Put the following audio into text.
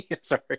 sorry